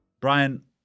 Brian